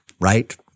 right